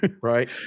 Right